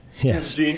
Yes